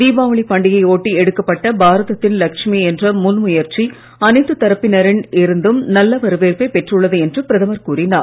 தீபாவளி பண்டிகையை ஒட்டி எடுக்கப்பட்ட பாரதத்தின் லட்சுமி என்ற முன் முயற்சி அனைத்து தரப்பினரிடம் இருந்தும் நல்ல வரவேற்பைப் பெற்றுள்ளது என்று பிரதமர் கூறினார்